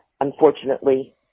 unfortunately